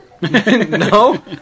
No